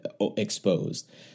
exposed